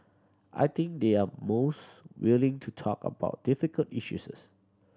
I think they're most willing to talk about difficult